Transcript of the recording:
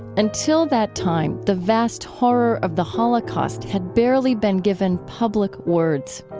until that time, the vast horror of the holocaust had barely been given public words.